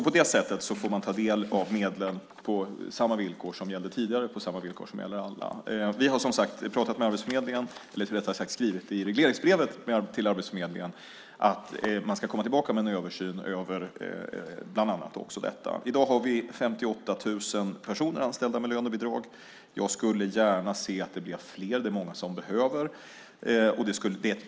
På det sättet får man ta del av medlen på samma villkor som gällde tidigare och på samma villkor som gäller alla. Vi har som sagt skrivit i regleringsbrevet till Arbetsförmedlingen att man ska komma tillbaka med en översyn över bland annat också detta. I dag har vi 58 000 personer anställda med lönebidrag. Jag skulle gärna se att det blev fler. Det är många som behöver detta.